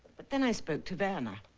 but then i spoke to werner.